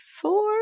four